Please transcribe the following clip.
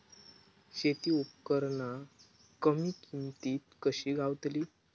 शेती उपकरणा कमी किमतीत कशी गावतली?